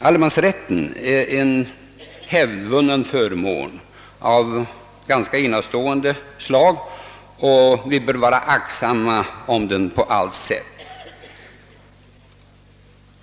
Allemansrätten är en hävdvunnen förmån av ganska enastående slag, och vi bör vara aktsamma om den på allt sätt.